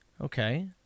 Okay